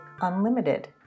Unlimited